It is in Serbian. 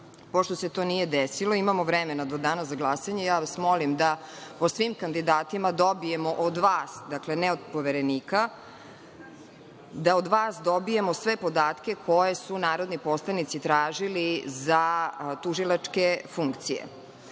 Pošto se to nije desilo, imamo vremena do Dana za glasanje i ja vas molim da o svim kandidatima dobijemo od vas, ne od Poverenika, sve podatke koje su narodni poslanici tražili za tužilačke funkcije. Ono